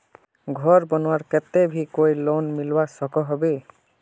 घोर बनवार केते भी कोई लोन मिलवा सकोहो होबे?